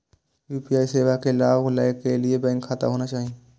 UPI सेवा के लाभ लै के लिए बैंक खाता होना चाहि?